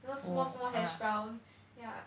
those small small hash brown yeah